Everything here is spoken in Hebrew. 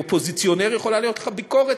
כאופוזיציונר יכולה להיות לך ביקורת